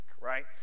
right